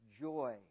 joy